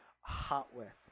hardware